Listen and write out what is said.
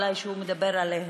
שהוא מדבר עליהם,